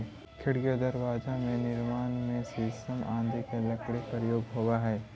खिड़की आउ दरवाजा के निर्माण में शीशम आदि के लकड़ी के प्रयोग होवऽ हइ